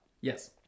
Yes